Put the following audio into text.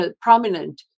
prominent